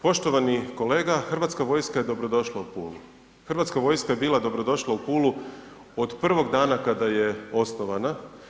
Poštovani kolega, Hrvatska vojska je dobrodošla u Pulu, Hrvatska vojska je bila dobrodošla u Pulu od prvog dana kada je osnovana.